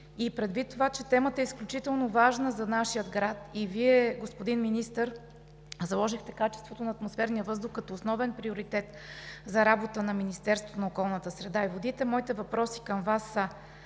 Предвид това, че темата е изключително важна за нашия град, и Вие, господин Министър, заложихте качеството на атмосферния въздух като основен приоритет за работа на Министерството на околната среда и водите, моите въпроси към Вас са: